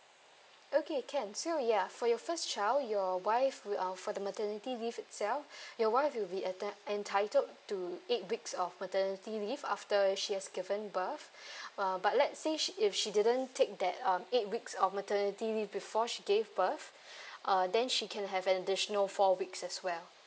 okay can so yeah for your first child your wife will um for the maternity leave itself your wife will be enti~ entitled to eight weeks of maternity leave after she has given birth uh but let's say she if she didn't take that um eight weeks of maternity leave before she give birth uh then she can have an additional four weeks as well